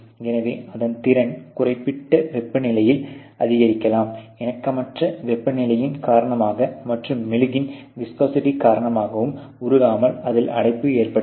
எனவே அதன் திறன் குறிப்பிட்ட வெப்பநிலையில் அதிகரிக்கலாம் இணக்கமற்ற வெப்பநிலையின் காரணமாகவும் மற்றும் மெழுகின் விஸ்கோசிட்டி காரணமாகவும் உருகாமல் அதில் அடைப்பு ஏற்படுகிறது